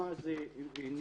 קשה מאוד לקבוע את זה.